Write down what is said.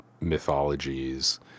mythologies